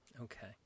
Okay